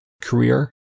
career